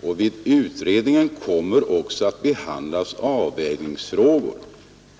——— Vid utredningen kommer också att behandlas avvägningsfrågor